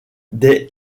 des